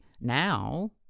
now